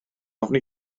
ofni